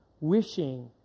wishing